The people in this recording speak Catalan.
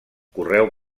correu